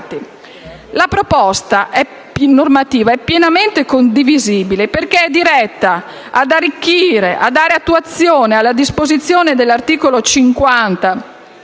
normativa è pienamente condivisibile perché diretta ad arricchire e a dare attuazione alla disposizione dell'articolo 50